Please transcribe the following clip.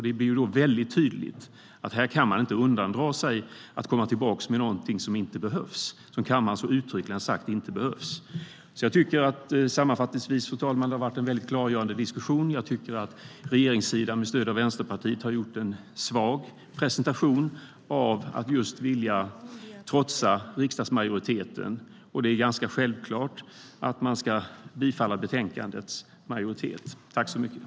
Det blir väldigt tydligt att man inte kan komma tillbaka med något som inte behövs - som kammaren uttryckligen har sagt inte behövs.